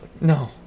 No